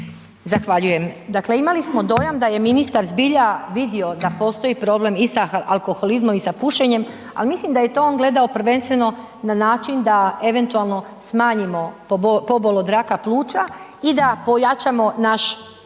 Zahvaljujem. Dakle, imali smo dojam da je ministar zbilja vidio da postoji problem i sa alkoholizmom i sa pušenjem, ali mislim da je to on gledao prvenstveno na način da eventualno smanjimo pobol od raka pluća i da pojačamo naš